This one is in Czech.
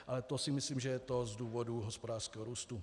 Ale to si myslím, že je z důvodu hospodářského růstu.